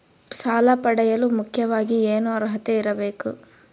ಸಾಲ ಪಡೆಯಲು ಮುಖ್ಯವಾಗಿ ಏನು ಅರ್ಹತೆ ಇರಬೇಕು?